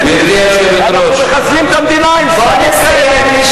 הקריטריונים האיכותיים להביא לכך שיהיו המורים הטובים ביותר.